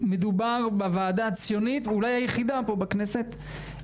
מדובר בוועדה הציונית ואולי היחידה פה בכנסת.